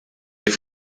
die